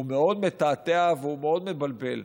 הוא מאוד מתעתע והוא מאוד מבלבל.